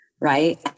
Right